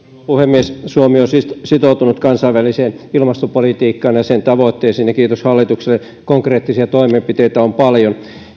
puhemies suomi on sitoutunut kansainväliseen ilmastopolitiikkaan ja sen tavoitteisiin ja kiitos hallitukselle konkreettisia toimenpiteitä on paljon